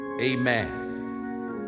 Amen